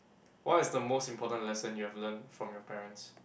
what is the most important lesson you have learnt from your parents